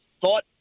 thought